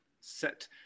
set